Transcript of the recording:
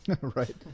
Right